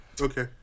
Okay